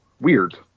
weird